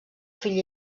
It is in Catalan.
fill